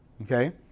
okay